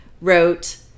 wrote